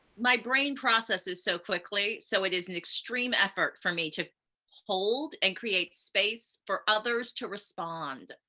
my brain processes so quickly, so it is an extreme effort for me to hold and create space for others to respond.